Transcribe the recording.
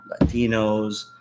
Latinos